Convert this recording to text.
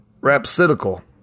rhapsodical